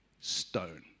stone